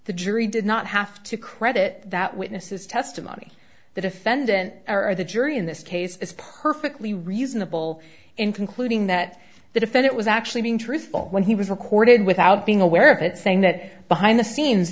the jury did not have to credit that witness's testimony the defendant or the jury in this case is perfectly reasonable in concluding that the defendant was actually being truthful when he was recorded without being aware of it saying that behind the scenes